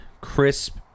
crisp